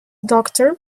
doctor